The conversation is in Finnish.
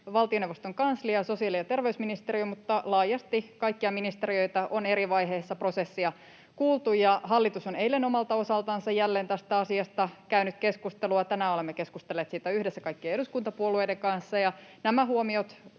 valtioneuvoston kanslia ja sosiaali- ja terveysministeriö, mutta laajasti kaikkia ministeriöitä on eri vaiheissa prosessia kuultu. Hallitus on eilen omalta osaltansa jälleen tästä asiasta käynyt keskustelua, ja tänään olemme keskustelleet siitä yhdessä kaikkien eduskuntapuolueiden kanssa, ja nämä huomiot